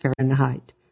Fahrenheit